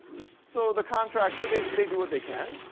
so the contractor, they they do what they can,